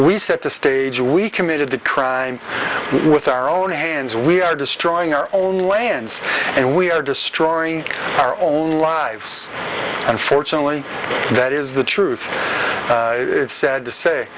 we set the stage we committed the crime with our own hands we are destroying our own lands and we are destroying our own lives unfortunately that is the truth it's sad to say